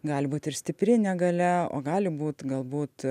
gali būt ir stipri negalia o gali būt galbūt